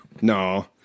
No